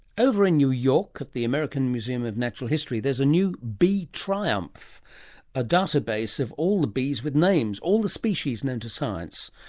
over in new york at the american museum of natural history there's a new bee triumph a database of all the bees with names, all the species known to science.